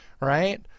right